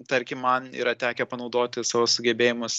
tarkim man yra tekę panaudoti savo sugebėjimus